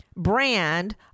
brand